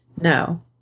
No